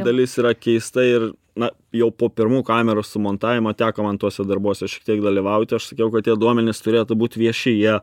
dalis yra keista ir na jau po pirmų kamerų sumontavimo teko man tuose darbuose šiek tiek dalyvauti aš sakiau kad tie duomenys turėtų būt vieši jie